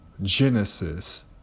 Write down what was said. Genesis